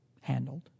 handled